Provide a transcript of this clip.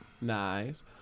Nice